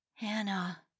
Anna